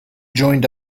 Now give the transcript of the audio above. joined